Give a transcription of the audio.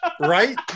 Right